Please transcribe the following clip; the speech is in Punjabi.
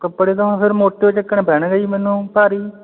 ਕੱਪੜੇ ਤਾਂ ਫਿਰ ਮੋਟੇ ਓ ਚੱਕਣੇ ਪੈਣਗੇ ਜੀ ਮੈਨੂੰ ਭਾਰੀ